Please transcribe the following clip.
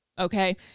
Okay